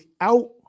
out